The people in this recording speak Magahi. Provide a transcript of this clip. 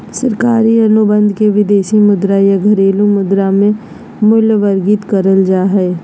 सरकारी अनुबंध के विदेशी मुद्रा या घरेलू मुद्रा मे मूल्यवर्गीत करल जा हय